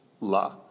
la